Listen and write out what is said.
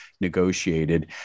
negotiated